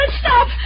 stop